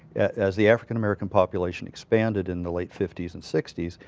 as the african american population expanded in the late fifty s and sixty s,